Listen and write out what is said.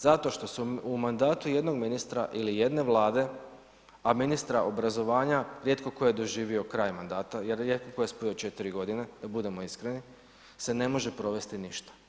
Zato što se u mandatu jednog ministra ili jedne Vlade, a ministra obrazovanja rijetko tko je doživio kraj mandata jer rijetko tko je spojio 4 godine, da budemo iskreni se ne može provesti ništa.